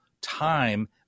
time